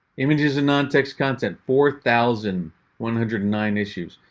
images and non text content four thousand one hundred and nine issues.